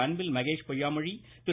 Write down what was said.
Anbil Mahesh Poyyamozhi Thiru